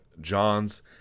Johns